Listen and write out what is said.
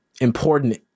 important